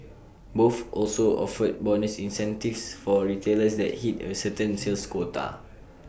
both also offered bonus incentives for retailers that hit A certain sales quota